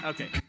Okay